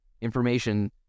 information